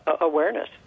Awareness